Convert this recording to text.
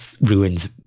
Ruin's